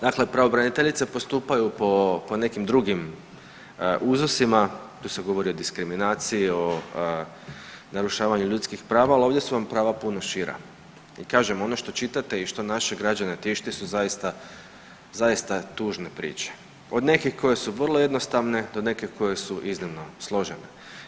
Dakle, pravobraniteljice postupaju po nekim drugim uzusima, tu se govori o diskriminaciji, o narušavanju ljudskih prava, ali ovdje su vam prava puno šira i kažem ono što čitate i što naše građane tište su zaista tužne priče, od nekih koje su vrlo jednostavne do nekih koje su iznimno složene.